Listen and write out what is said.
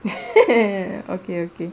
okay okay